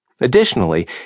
Additionally